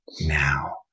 now